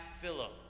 Philip